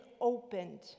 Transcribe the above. opened